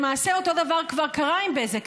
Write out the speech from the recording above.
למעשה אותו דבר כבר קרה עם בזק,